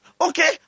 Okay